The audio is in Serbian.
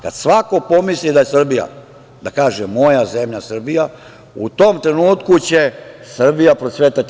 Kad svako pomisli da je Srbija, da kaže - moja zemlja Srbija, u tom trenutku će Srbija procvetati.